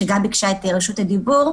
שגם ביקשה את רשות הדיבור.